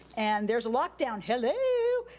and there's a lockdown. hello?